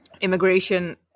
immigration